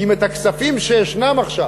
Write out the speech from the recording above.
כי אם את הכספים שישנם עכשיו